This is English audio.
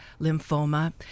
lymphoma